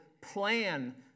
plan